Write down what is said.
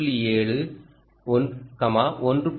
7 1